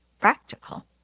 practical